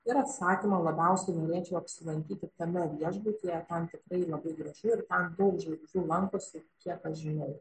ir atsakymą labiausiai norėčiau apsilankyti tame viešbutyje ten tikrai labai gražu tai ten daug žvaigždžių lankosi kiek aš žinau